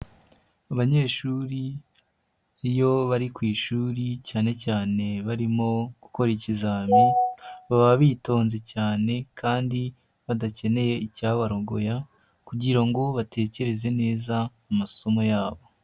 Abanyeshuri iyo bari ku ishuri cyane cyane barimo gukora ikizami, baba bitonze cyane kandi badakeneye icyabarogoya kugira ngo batekereze neza amasomo yabo.